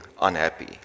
unhappy